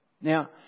Now